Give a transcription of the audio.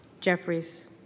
Jeffries